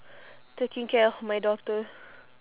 taking care of my daughter